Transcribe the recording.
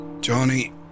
Johnny